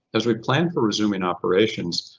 as we plan for resuming operations,